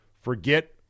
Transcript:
forget